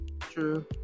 true